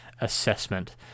assessment